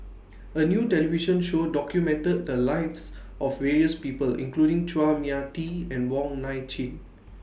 A New television Show documented The Lives of various People including Chua Mia Tee and Wong Nai Chin